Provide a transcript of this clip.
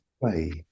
play